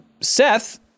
Seth